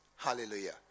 hallelujah